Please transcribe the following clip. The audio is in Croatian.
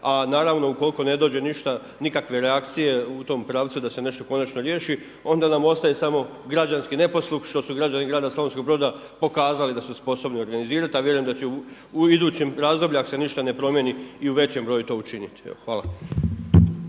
a naravno ukoliko ne dođe ništa nikakve reakcije u tom pravcu da se nešto konačno riješi onda nam ostaje samo građanski neposluh što su građani grada Slavonskog Broda pokazali da su sposobni organizirati. A vjerujem da će u idućem razdoblju ako se ništa ne promijeni i većem broju to učiniti. Hvala.